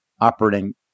operating